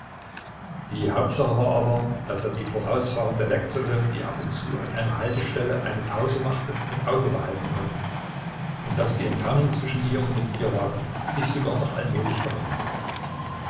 die hauptsache war aber daß er die vorausfahrende elektrische die ab und zu an einer haltestelle eine pause machte im auge behalten konnte und daß die entfernung zwischen ihr und dem bierwagen sich sogar noch allmählich verringerte